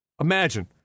Imagine